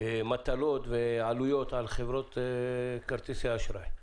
מטלות ועלויות על חברות כרטיסי האשראי.